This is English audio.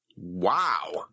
Wow